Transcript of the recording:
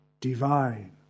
divine